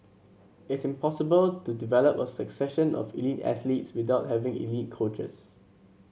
it's impossible to develop a succession of elite athletes without having elite coaches